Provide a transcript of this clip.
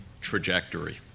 trajectory